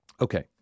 Okay